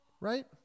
right